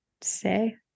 say